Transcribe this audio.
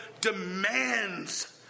demands